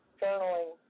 journaling